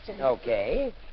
Okay